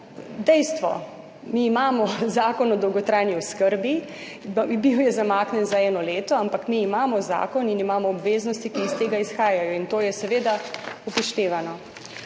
dejstvo. Mi imamo Zakon o dolgotrajni oskrbi, bil je zamaknjen za eno leto, ampak mi imamo zakon in imamo obveznosti, ki iz tega izhajajo in to je seveda upoštevano.